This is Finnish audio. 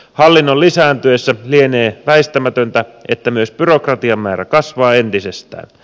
hallinnon lisääntyessä lienee väistämätöntä että myös byrokratian määrä kasvaa entisestään